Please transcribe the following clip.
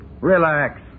Relax